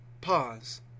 pause